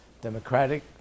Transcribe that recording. democratic